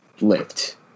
lift